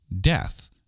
death